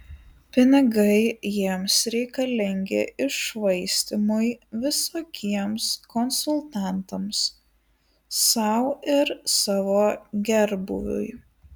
pinigai jiems reikalingi iššvaistymui visokiems konsultantams sau ir savo gerbūviui